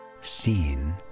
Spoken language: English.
seen